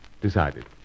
Decided